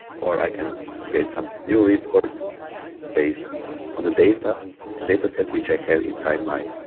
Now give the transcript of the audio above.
or i can create some new reports based on the data and dataset which i have inside my